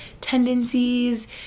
Tendencies